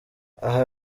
aha